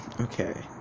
Okay